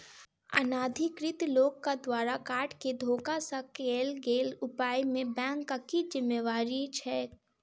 अनाधिकृत लोकक द्वारा कार्ड केँ धोखा सँ कैल गेल उपयोग मे बैंकक की जिम्मेवारी छैक?